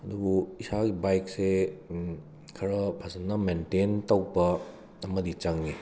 ꯑꯗꯨꯕꯨ ꯏꯁꯥꯒꯤ ꯕꯥꯏꯛꯁꯦ ꯈꯔ ꯐꯖꯅ ꯃꯦꯟꯇꯦꯟ ꯇꯧꯕ ꯑꯃꯗꯤ ꯆꯪꯉꯤ